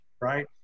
right